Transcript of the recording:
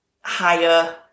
higher